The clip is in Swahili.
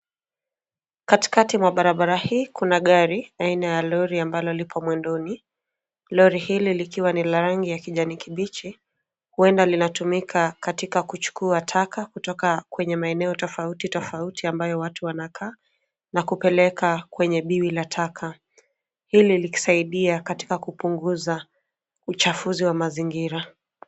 Katikati mwa barabara hii kuna gari aina ya lori ambalo lipo mwendoni. Lori hili likiwa ni la rangi ya kijani kibichi, huenda linatumika katika kuchukua taka kutoka kwenye maeneo tofauti tofauti ambayo watu wanakaa na kupeleka kwenye biwi la taka. Hili likisaidia katika kupunguza uchafuzi wa mazingira.